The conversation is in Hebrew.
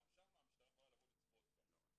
גם שם המשטרה יכולה לבוא לצפות בה.